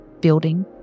building